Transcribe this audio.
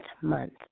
month